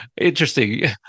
Interesting